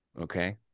okay